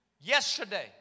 yesterday